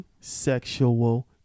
sexual